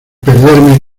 perderme